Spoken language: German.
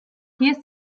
hier